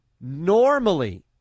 normally